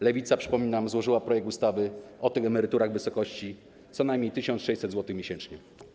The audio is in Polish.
Lewica, przypominam, złożyła projekt ustawy o tych emeryturach w wysokości co najmniej 1600 zł miesięcznie.